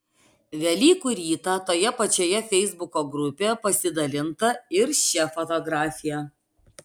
velykų rytą toje pačioje feisbuko grupėje pasidalinta ir šia fotografija